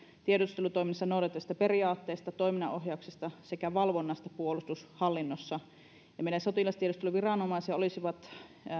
tiedustelutoiminnassa noudatettavista periaatteista toiminnan ohjauksesta sekä valvonnasta puolustushallinnossa meidän sotilastiedusteluviranomaisiamme olisivat